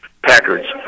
Packards